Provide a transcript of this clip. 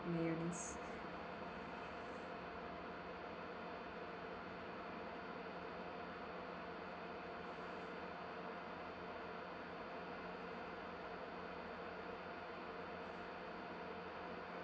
mayonnaise